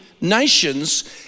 nations